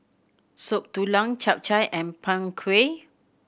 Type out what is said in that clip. Soup Tulang Chap Chai and Png Kueh